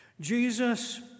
Jesus